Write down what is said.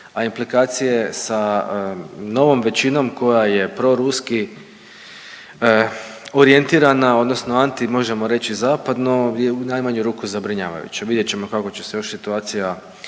a implikacije sa novom većinom koja je proruski orijentirana, odnosno anti, možemo reći, zapadno, je u najmanju ruku zabrinjavajuće. Vidjet ćemo kako će se još situacija